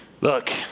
Look